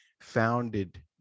founded